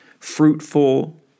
fruitful